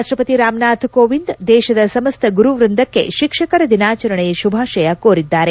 ರಾಷ್ಟ್ರಪತಿ ರಾಮ್ನಾಥ್ ಕೋವಿಂದ್ ದೇಶದ ಸಮಸ್ತ ಗುರು ವೃಂದಕ್ಕೆ ಶಿಕ್ಷಕರ ದಿನಾಚರಣೆಯ ಶುಭಾಶಯ ಕೋರಿದ್ದಾರೆ